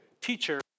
Teacher